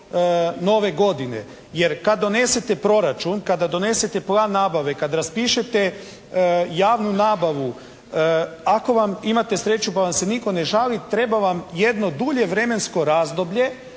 nove godine. Jer kad donesete proračun, kada donesete plan nabave, kad raspišete javnu nabavu, ako vam imate sreću pa vam se nitko ne žali treba vam jedno dulje vremensko razdoblje